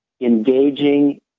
engaging